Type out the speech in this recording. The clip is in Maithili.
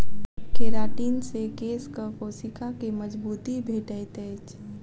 केरातिन से केशक कोशिका के मजबूती भेटैत अछि